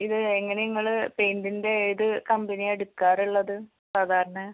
ഇത് എങ്ങനെ നിങ്ങൾ പെയിൻ്റിൻ്റെ ഏത് കമ്പനിയാണ് എടുക്കാറുള്ളത് സാധാരണ